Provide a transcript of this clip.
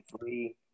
free